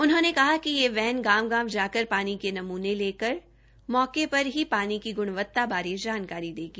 उन्होंने कहा कि यह वैन गांव गांव जाकर पानी के नमूने लेकर मौके पर ही पानी की गुणवत्ता बारे जानकारी देगी